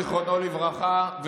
זיכרונו לברכה,